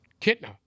Kitna